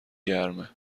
گرمه